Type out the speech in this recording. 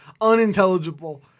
unintelligible